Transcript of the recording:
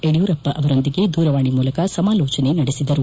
ಯಡಿಯೂರಪ್ಪ ಅವರೊಂದಿಗೆ ದೂರವಾಣೆ ಮೂಲಕ ಸಮಾಲೋಚನೆ ನಡೆಸಿದರು